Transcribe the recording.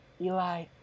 Eli